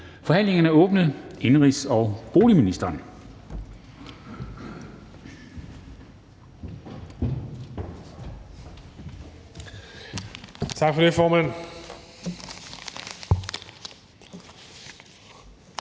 Forhandlingen er åbnet. Indenrigs- og boligministeren.